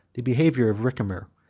the behavior of ricimer,